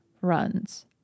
runs